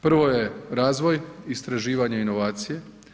Prvo je razvoj, istraživanje inovacije.